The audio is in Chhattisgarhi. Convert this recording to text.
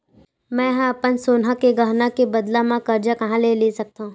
मेंहा अपन सोनहा के गहना के बदला मा कर्जा कहाँ ले सकथव?